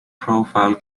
profile